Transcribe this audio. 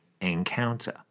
encounter